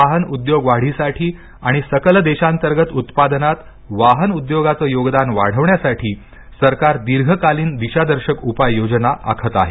वाहन उद्योग वाढीसाठी आणि सकल देशांतर्गत उत्पादनात वाहन उद्योगाचं योगदान वाढविण्यासाठी सरकार दीर्घकालीन दिशादर्शक उपाय योजना आखत आहे